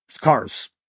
cars